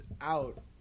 out